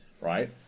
right